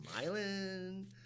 smiling